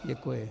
Děkuji.